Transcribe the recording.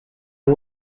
are